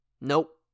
Nope